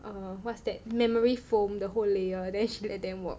err what's that memory foam the whole layer then she let them walk